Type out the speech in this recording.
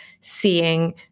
seeing